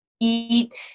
eat